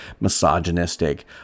misogynistic